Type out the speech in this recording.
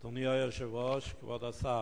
אדוני היושב-ראש, כבוד השר,